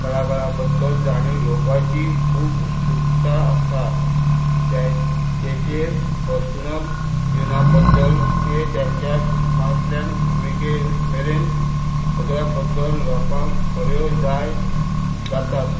कलाकारा बद्दल जाणून घेवपाची खूब उत्सुकता आसा त्या तेचेर पर्सनल युना बद्दल तें त्याच्या फिल्मांतल्यान भुमिके मेरेन सगळ्या बद्दल लोकांक खऱ्यो जायत जातात